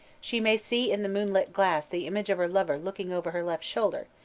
she may see in the moonlit glass the image of her lover looking over her left shoulder,